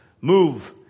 move